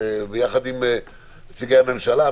יחד עם נציגי הממשלה,